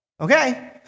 Okay